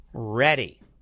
Ready